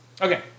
Okay